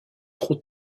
trop